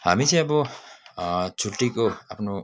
हामी चाहिँ अब छुट्टीको आफ्नो